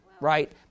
right